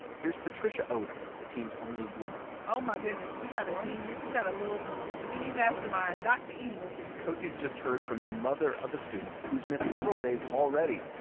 here's patricia odom, the team's only woman oh, my goodness, we got a genius. we got a little mini-mastermind, dr. evil cosey's just heard from the mother of a student who's missed several days already,